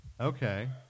Okay